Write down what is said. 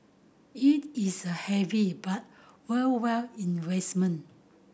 it is the heavy but worthwhile investment